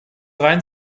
rein